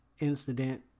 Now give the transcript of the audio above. incident